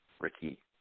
Ricky